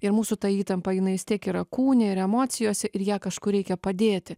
ir mūsų ta įtampa jinai vis tiek yra kūne ir emocijose ir ją kažkur reikia padėti